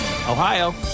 Ohio